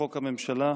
לחוק הממשלה,